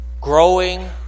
growing